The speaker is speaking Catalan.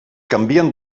canvien